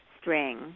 string